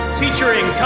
featuring